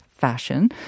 fashion